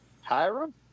Hiram